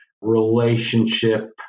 relationship